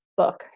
book